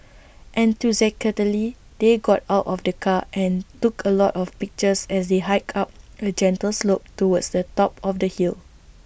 enthusiastically they got out of the car and took A lot of pictures as they hiked up A gentle slope towards the top of the hill